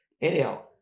Anyhow